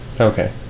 Okay